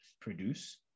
produce